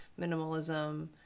minimalism